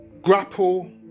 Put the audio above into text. Grapple